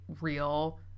real